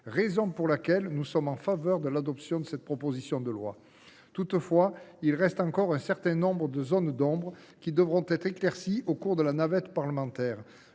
raison pour laquelle nous sommes en faveur de l’adoption de cette proposition de loi. Toutefois, un certain nombre de zones d’ombre devront être éclaircies au cours de la navette parlementaire.